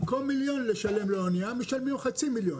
במקום מיליון לשלם לאוניה משלמים חצי מיליון.